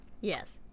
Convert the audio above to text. Yes